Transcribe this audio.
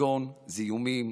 כגון זיהומים,